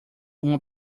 uma